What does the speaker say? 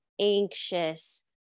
anxious